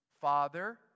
Father